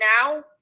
now